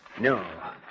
No